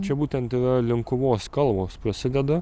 čia būtent yra linkuvos kalvos prasideda